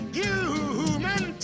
human